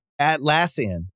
Atlassian